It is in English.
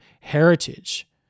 heritage